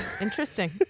Interesting